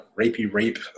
rapey-rape